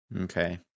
Okay